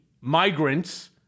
migrants